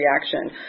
reaction